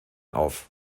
auf